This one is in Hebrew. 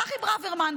צחי ברוורמן,